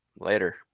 Later